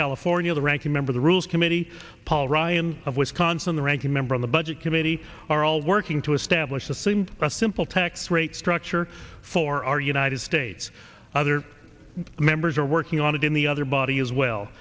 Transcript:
california the ranking member the rules committee paul ryan of wisconsin the ranking member on the budget committee are all working to establish the same a simple tax rate structure for our united states other members are working on it in the other body as well